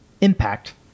impact